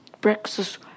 breakfast